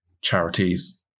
charities